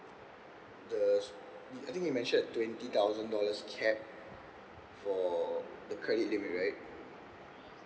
the I think you mentioned twenty thousand dollars cap for the credit limit right